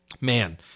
man